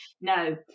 No